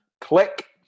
click